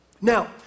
Now